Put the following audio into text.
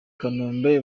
kanombe